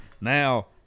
Now